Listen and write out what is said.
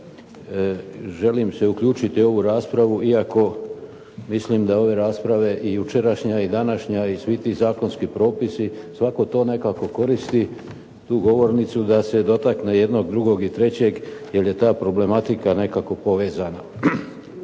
Želim se uključiti u ovu raspravu, iako mislim da ove rasprave i jučerašnja i današnja i svi ti zakonski propisi svatko to nekako koristi tu govornicu da se dotakne jedno, drugog i trećeg, jer je ta problematika nekako povezana.